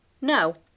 No